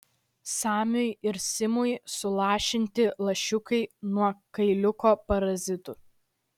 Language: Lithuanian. samiui ir simiui sulašinti lašiukai nuo kailiuko parazitų